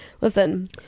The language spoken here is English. Listen